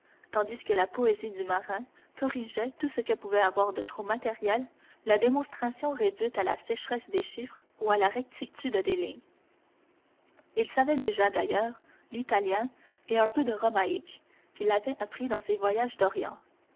tandis que la poésie du marin corrigeait tout ce que pouvait avoir de trop matériel la démonstration réduite à la sécheresse des chiffres ou à la rectitude des lignes il savait déjà d'ailleurs l'italien et un peu de romaïque qu'il avait appris dans ses voyages d'orient